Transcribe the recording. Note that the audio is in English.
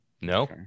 no